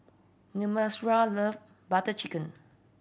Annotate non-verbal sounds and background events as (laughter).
(unintelligible) love Butter Chicken